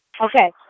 okay